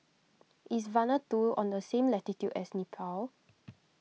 is Vanuatu on the same latitude as Nepal